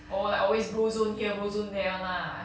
orh like always bro zone here bro zone there [one] lah